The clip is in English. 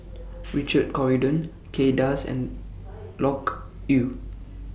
Richard Corridon Kay Das and Loke Yew